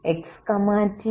a